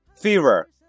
fever